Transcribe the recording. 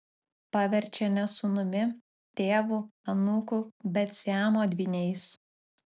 paverčia ne sūnumi tėvu anūku bet siamo dvyniais